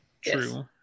true